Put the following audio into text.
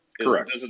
Correct